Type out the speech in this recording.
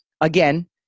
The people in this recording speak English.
Again